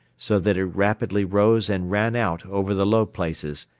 so that it rapidly rose and ran out over the low places,